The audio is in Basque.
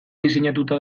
diseinatuta